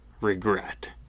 regret